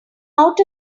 out